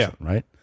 Right